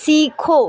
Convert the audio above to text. सीखो